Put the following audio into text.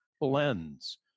blends